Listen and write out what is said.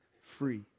free